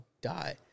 die